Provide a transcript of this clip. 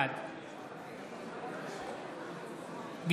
בעד גלעד קריב, בעד עידן רול, בעד